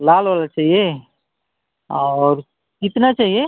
लाल वाला चाहिए और कितना चाहिए